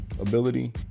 ability